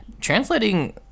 translating